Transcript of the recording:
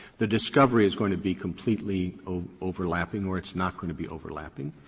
the discovery is going to be completely ah overlapping or it's not going to be overlapping.